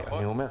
אני אומר,